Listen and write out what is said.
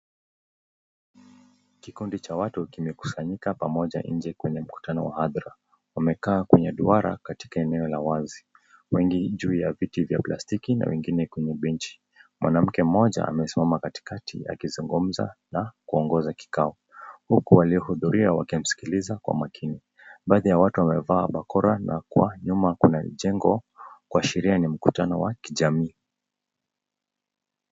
Kikundi cha watu kimekusanyika pamoja nje kwenye mkutano wa mahabara kwenye duara katika eneo la wazi wengi juu ya viti vya plastiki na wengine kwenye benchi. Mwanamke mmoja amesimama katikati akisungumza na kuongoza kikao. Huku waliohuduria wakimsikiliza kwa umakini. Umati ya watu wamevalia pakora na nyuma kuna jengo kuashiria ni mkutano wa kijamii.